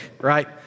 Right